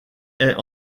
est